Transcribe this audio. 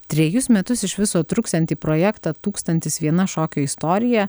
trejus metus iš viso truksiantį projektą tūkstantis viena šokio istorija